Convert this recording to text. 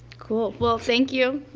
cool. well, thank you.